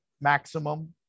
maximum